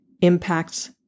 impacts